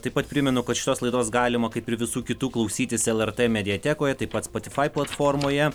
taip pat primenu kad šitos laidos galima kaip ir visų kitų klausytis lrt mediatekoje taip pat spotifai platformoje